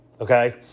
okay